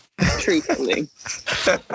Truthfully